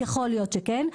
יכול להיות שכן,